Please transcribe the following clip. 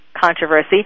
Controversy